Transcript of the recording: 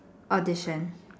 audition